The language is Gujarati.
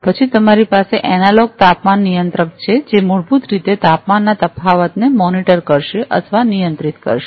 પછી તમારી પાસે એનાલોગ તાપમાન નિયંત્રક છે જે મૂળભૂત રીતે તાપમાનના તફાવતને મોનિટર કરશે અથવા નિયંત્રિત કરશે